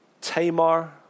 Tamar